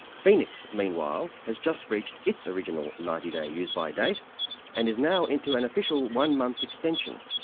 phoenix, meanwhile, has just reached its original ninety day use-by date and is now into an official one-month extension.